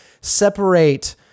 separate